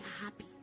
happy